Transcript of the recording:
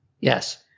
yes